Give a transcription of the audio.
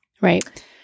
right